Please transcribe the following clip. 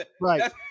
right